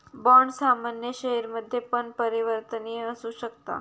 bond सामान्य शेयरमध्ये पण परिवर्तनीय असु शकता